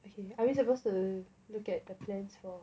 okay are we supposed to look at the plans for